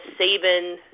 Saban